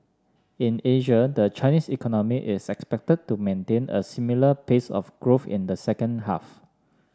in Asia the Chinese economy is expected to maintain a similar pace of growth in the second half